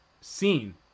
seen